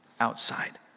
outside